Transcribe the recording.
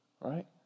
right